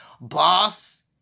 boss